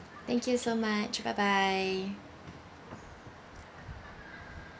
thank you so much bye bye